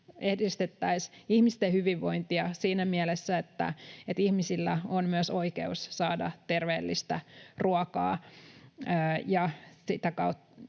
edistäisimme ihmisten hyvinvointia siinä mielessä, että ihmisillä on oikeus saada terveellistä ruokaa.